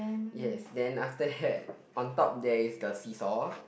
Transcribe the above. yes then after that on top there is the seesaw